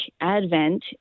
Advent